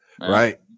Right